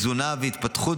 תזונה והתפתחות